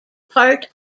part